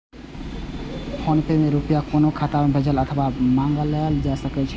PhonePe सं रुपया कोनो खाता मे भेजल अथवा मंगाएल जा सकै छै